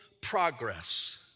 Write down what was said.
progress